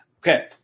Okay